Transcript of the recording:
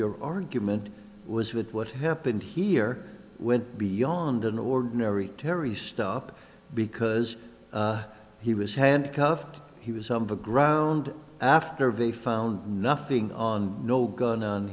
your argument was with what happened here went beyond an ordinary terry stop because he was handcuffed he was on the ground after they found nothing on no gun on